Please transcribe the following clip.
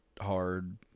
hard